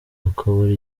bakabura